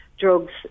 Drugs